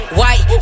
white